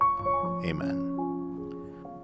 amen